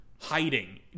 hiding